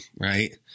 right